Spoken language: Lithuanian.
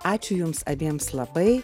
ačiū jums abiems labai